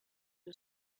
who